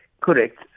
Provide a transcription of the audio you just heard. Correct